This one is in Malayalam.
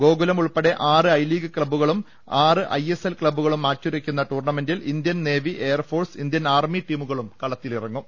ഗോകുലം ഉൾപ്പടെ ആറ് ഐലീഗ് ക്ലബ്ബുകളും ആറ് ഐ എസ് എൽ ക്ലബ്ബുകളും മാറ്റുരക്കുന്ന ടൂർണമെന്റിൽ Indian navy air force Indian army ടീമുകളും കളത്തിലിറങ്ങും